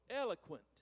eloquent